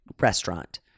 restaurant